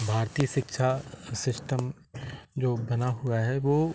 भारतीय शिक्षा सिस्टम जो बना हुआ है वह